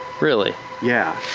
really? yeah.